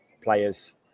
players